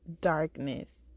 darkness